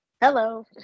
Hello